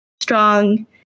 strong